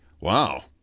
wow